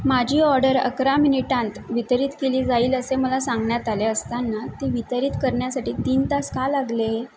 माझी ऑर्डर अकरा मिनिटांत वितरित केली जाईल असे मला सांगण्यात आले असताना ती वितरित करण्यासाठी तीन तास का लागले